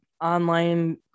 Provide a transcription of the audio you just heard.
online